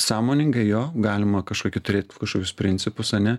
sąmoningai jo galima kažkokį turėt kažkokius principus ane